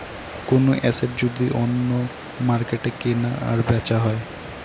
কোনো এসেট যদি অন্য মার্কেটে কেনা আর বেচা হয়